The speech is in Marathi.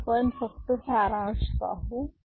आता आपण फक्त सारांश पाहू